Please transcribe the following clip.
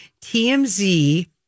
TMZ